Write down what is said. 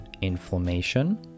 inflammation